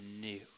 new